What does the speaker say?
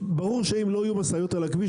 ברור שאם לא יהיו משאיות על הכביש,